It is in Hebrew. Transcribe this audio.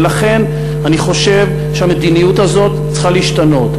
ולכן, אני חושב שהמדיניות הזאת צריכה להשתנות.